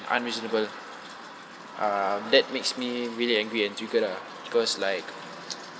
unreasonable um that makes me really angry and triggered lah because like